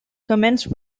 commence